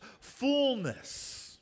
fullness